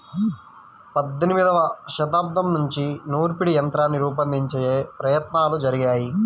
పద్దెనిమదవ శతాబ్దం నుంచే నూర్పిడి యంత్రాన్ని రూపొందించే ప్రయత్నాలు జరిగాయి